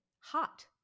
hot